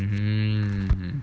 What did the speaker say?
um